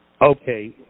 Okay